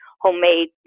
homemade